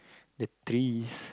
the trees